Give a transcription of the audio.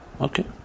Okay